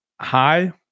Hi